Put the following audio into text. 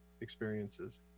experiences